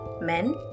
Men